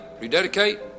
rededicate